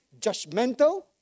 judgmental